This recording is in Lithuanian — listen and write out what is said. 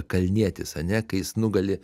kalnietis ane kai jis nugali